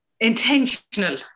Intentional